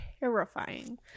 Terrifying